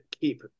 keep